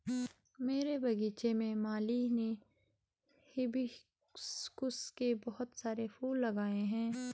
मेरे बगीचे में माली ने हिबिस्कुस के बहुत सारे फूल लगाए हैं